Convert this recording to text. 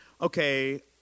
okay